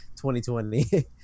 2020